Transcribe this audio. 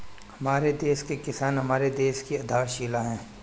हमारे देश के किसान हमारे देश की आधारशिला है